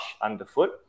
underfoot